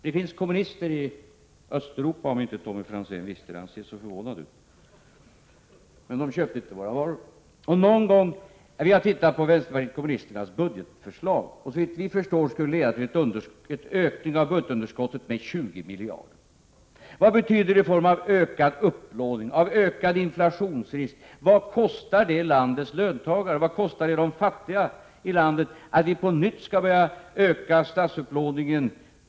Det finns kommunister i Östeuropa, om inte Tommy Franzén visste det — han ser så förvånad ut. De köpte inte våra varor. Vi har tittat på vänsterpartiet kommunisternas budgetförslag. Såvitt vi förstår skulle det leda till en ökning av budgetunderskottet med 20 miljarder. Vad betyder det i form av ökad upplåning, av ökad inflationsrisk? Vad kostar det landets löntagare? Vad kostar det de fattiga i landet att vi på nytt skall behöva öka statsupplåningen?